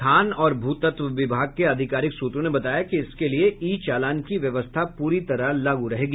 खान और भूतत्व विभाग के अधिकारिक सूत्रों ने बताया कि इसके लिए ई चालान की व्यवस्था पूरी तरह लागू रहेगी